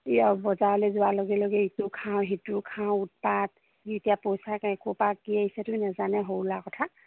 কি আৰু বজাৰলৈ যোৱাৰ লগে লগে ইটো খাওঁ সিটো খাওঁ উৎপাত এতিয়া পইচাকে ক'ৰ পৰা কি আহিছেতো নাজানে সৰু ল'ৰা কথা